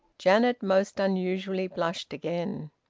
janet most unusually blushed again.